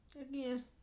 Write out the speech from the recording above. again